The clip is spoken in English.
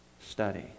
study